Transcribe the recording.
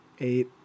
Eight